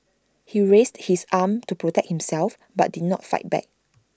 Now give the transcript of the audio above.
he raised his arm to protect himself but did not fight back